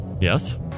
Yes